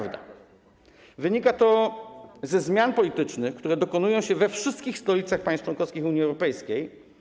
Wynika to ze zmian politycznych, które dokonują się we wszystkich stolicach państw członkowskich Unii Europejskiej.